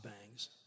bangs